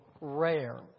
rare